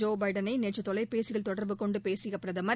Joe பைடனை நேற்று தொலைபேசியில் தொடர்பு கொண்டு பேசிய பிரதமர்